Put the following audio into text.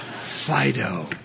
Fido